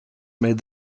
made